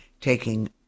taking